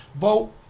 vote